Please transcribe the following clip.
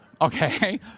Okay